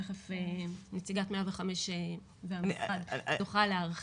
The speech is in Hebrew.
תיכף נציגת 105 גם תוכל להרחיב.